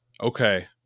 okay